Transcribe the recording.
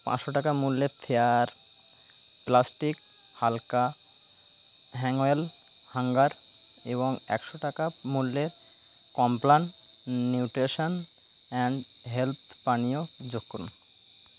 পাঁচশো টাকা মূল্যের ফেয়ার প্লাস্টিক হালকা হ্যাংওয়েল হ্যাঙ্গার এবং একশো টাকা মূল্যের কমপ্ল্যান নিউট্রিশন অ্যান্ড হেল্থ পানীয় যোগ করুন